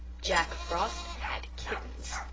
jack frost had kittens!